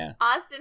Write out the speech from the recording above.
Austin